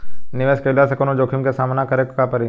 निवेश कईला से कौनो जोखिम के सामना करे क परि का?